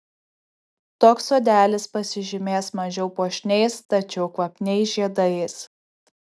toks sodelis pasižymės mažiau puošniais tačiau kvapniais žiedais